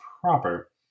proper